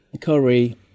curry